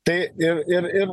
tai ir ir ir